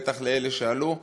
ובטח לאלה שעלו,